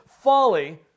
folly